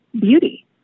beauty